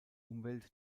umwelt